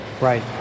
right